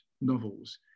novels